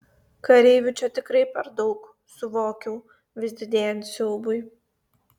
kareivių čia tikrai per daug suvokiau vis didėjant siaubui